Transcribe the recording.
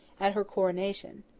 at her coronation.